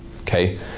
Okay